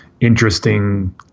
interesting